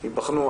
ייבחנו,